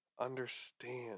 understand